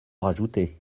rajouter